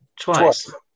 twice